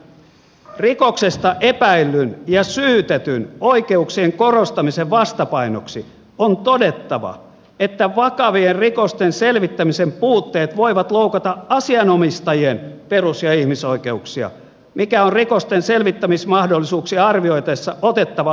rikoksesta epäillyn ja syytetyn oikeuksien korostamisen vastapainoksi on todettava että vakavien rikosten selvittämisen puutteet voivat loukata asianomistajien perus ja ihmisoikeuksia mikä on rikosten selvittämismahdollisuuksia arvioitaessa otettava huomioon